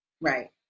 Right